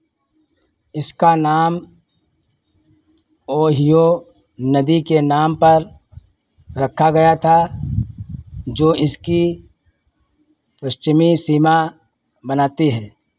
इसका नाम ओहियो नदी के नाम पर रखा गया था जो इसकी पश्चिमी सीमा बनाती है